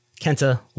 Kenta